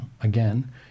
again